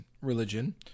religion